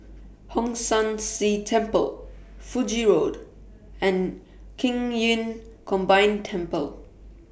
Hong San See Temple Fiji Road and Qing Yun Combined Temple